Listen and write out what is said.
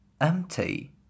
empty